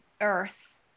earth